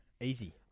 Easy